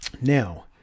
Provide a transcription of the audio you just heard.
Now